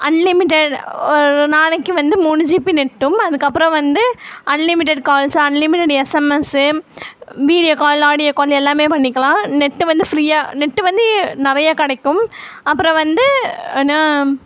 unlimited ஒரு நாளைக்கு வந்து மூணு ஜிபி நெட்டும் அதுக்கப்புறம் வந்து unlimited calls unlimited SMS video call audio call எல்லாமே பண்ணிக்கலாம் நெட்டு வந்து ஃப்ரீயா நெட்டு வந்து நிறையா கிடைக்கும் அப்புறம் வந்து ஆனால்